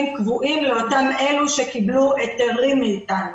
קבועים לאותם אלה שקיבלו היתרים מאתנו.